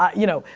yeah you know,